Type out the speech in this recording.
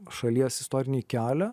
šalies istorinį kelią